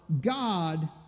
God